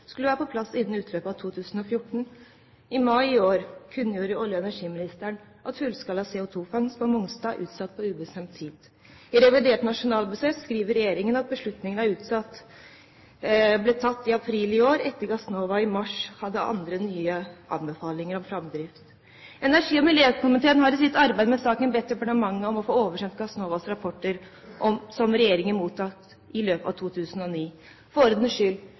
skulle være på plass innen utløpet av 2014. I mai i år kunngjorde olje- og energiministeren at fullskala CO2-fangst på Mongstad var utsatt på ubestemt tid. I revidert nasjonalbudsjett skriver regjeringen at beslutningen ble tatt i april i år, etter at Gassnova i mars hadde andre nye anbefalinger om framdrift. Energi- og miljøkomiteen har i sitt arbeid med saken bedt departementet om å få oversendt Gassnovas rapporter som regjeringen mottok i løpet av 2009. For ordens skyld: